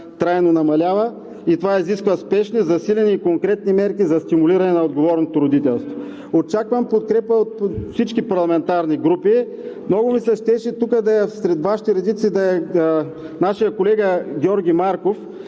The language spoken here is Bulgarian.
Това изисква спешни, засилени и конкретни мерки за стимулиране на отговорното родителство. Очаквам подкрепа от всички парламентарни групи. Много ми се искаше тук сред Вашите редици да е нашият колега Георги Марков,